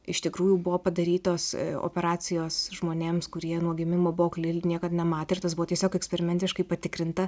iš tikrųjų buvo padarytos operacijos žmonėms kurie nuo gimimo buvo akli ir niekad nematė ir tas buvo tiesiog eksperimentiškai patikrinta